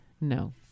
No